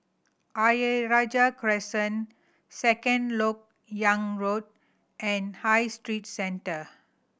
Ayer Rajah Crescent Second Lok Yang Road and High Street Centre